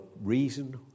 reason